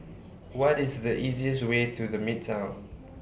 What IS The easiest Way to The Midtown